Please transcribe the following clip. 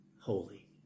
holy